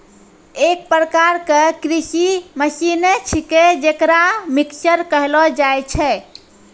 एक प्रकार क कृषि मसीने छिकै जेकरा मिक्सर कहलो जाय छै